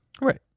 Right